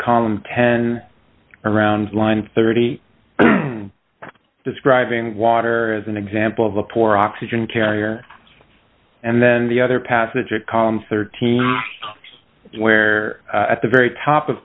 common ten around line thirty describing water as an example of a poor oxygen carrier and then the other passage a column thirteen where at the very top of